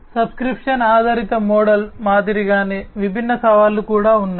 subscription ఆధారిత model మాదిరిగానే విభిన్న సవాళ్లు కూడా ఉన్నాయి